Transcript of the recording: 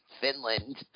Finland